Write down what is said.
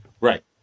Right